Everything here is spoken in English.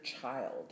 child